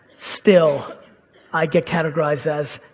still i get categorized as,